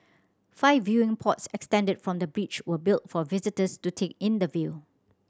five viewing pods extended from the bridge were built for visitors to take in the view